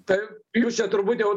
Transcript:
taip jūs čia turbūt jau